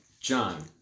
John